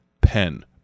pen